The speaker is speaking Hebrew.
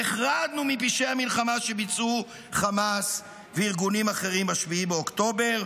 נחרדנו מפשעי המלחמה שביצעו חמאס וארגונים אחרים ב-7 באוקטובר,